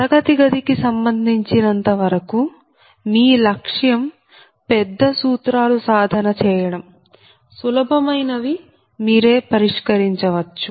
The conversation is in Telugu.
తరగతి గదికి సంబంధించినంత వరకూ మీ లక్ష్యం పెద్ద సూత్రాలు సాధన చేయడం సులభమైనవి మీరే పరిష్కరించవచ్చు